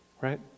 right